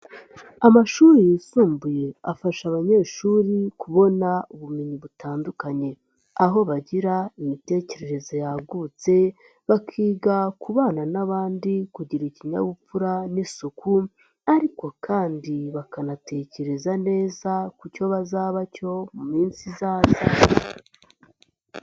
Amashuri yisumbuye afasha abanyeshuri kubona ubumenyi butandukanye, aho bagira imitekerereze yagutse, bakiga kubana n'abandi, kugira ikinyabupfura n'isuku, ariko kandi bakanatekereza neza ku cyo bazaba cyo mu minsi izaza.